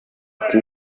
ati